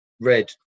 red